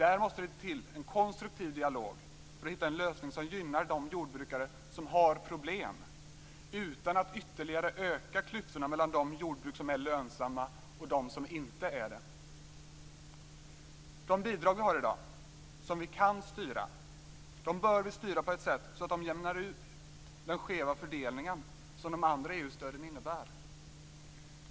Där måste det till en konstruktiv dialog för att hitta en lösning som gynnar de jordbrukare som har problem, utan att ytterligare öka klyftorna mellan de jordbruk som är lönsamma och dem som inte är det.